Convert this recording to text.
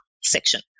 section